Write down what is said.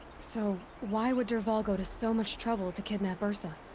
so. why would dervahl go to so much trouble to kidnap ersa?